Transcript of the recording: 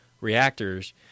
reactors